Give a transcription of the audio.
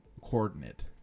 coordinate